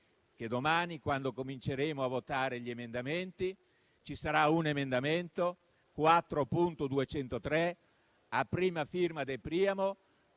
che domani, quando cominceremo a votare gli emendamenti, ce ne sarà uno, il 4.203, a prima firma De Priamo,